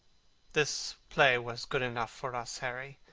this play was good enough for us, harry.